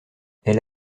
elle